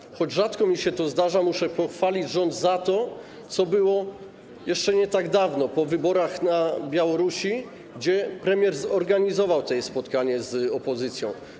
I choć rzadko mi się to zdarza, muszę pochwalić rząd za to, co było jeszcze nie tak dawno, po wyborach na Białorusi, kiedy premier zorganizował tutaj spotkania z opozycją.